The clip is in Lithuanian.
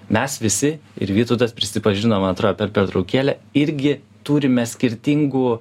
mes visi ir vytautas prisipažino man atrodo per pertraukėlę irgi turime skirtingų